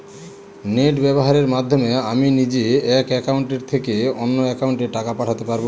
Net ব্যবহারের মাধ্যমে আমি নিজে এক অ্যাকাউন্টের থেকে অন্য অ্যাকাউন্টে টাকা পাঠাতে পারব?